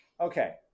Okay